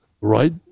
right